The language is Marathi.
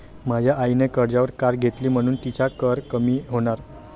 माझ्या आईने कर्जावर कार घेतली म्हणुन तिचा कर कमी होणार